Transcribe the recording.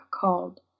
called